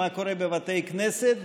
מה קורה בבתי כנסת,